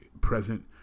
present